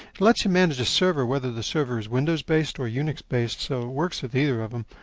let's you manage a server whether the server's windows-based or unix-based, so it works with either of em,